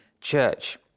church